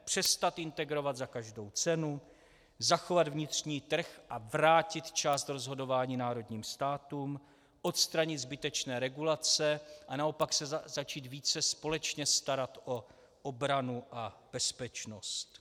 Přestat integrovat za každou cenu, zachovat vnitřní trh a vrátit část rozhodování národním státům, odstranit zbytečné regulace a naopak se začít více společně starat o obranu a bezpečnost.